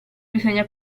bisogna